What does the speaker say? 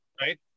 right